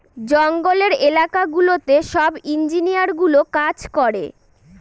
জঙ্গলের এলাকা গুলোতে সব ইঞ্জিনিয়ারগুলো কাজ করে